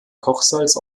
kochsalz